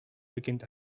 beginnt